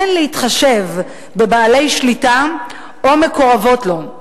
אין להתחשב בבעלי שליטה או במקורבות אליהם.